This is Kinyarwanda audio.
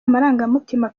amarangamutima